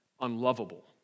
unlovable